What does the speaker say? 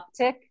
uptick